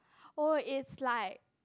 orh is like